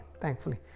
thankfully